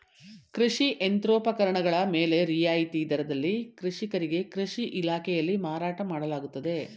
ಕೃಷಿ ಯಂತ್ರೋಪಕರಣಗಳ ಮೇಲೆ ರಿಯಾಯಿತಿ ದರದಲ್ಲಿ ರೈತರಿಗೆ ಕೃಷಿ ಇಲಾಖೆಯಲ್ಲಿ ಮಾರಾಟ ಮಾಡಲಾಗುತ್ತದೆ